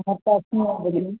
अतः अस्मिन् भागे